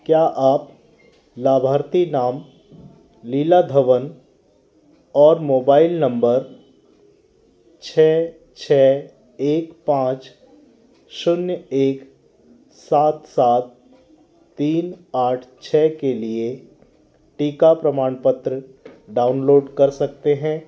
क्या आप लाभार्थी नाम लीला धवन और मोबाइल नंबर छः छः एक पाँच शून्य एक सात सात तीन आठ छः के लिए टीका प्रमाण पत्र डाउनलोड कर सकते हैं